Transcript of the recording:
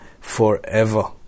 forever